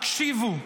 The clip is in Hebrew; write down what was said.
הקשיבו,